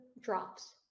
drops